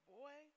boy